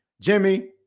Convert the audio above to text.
Jimmy